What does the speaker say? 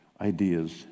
ideas